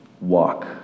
walk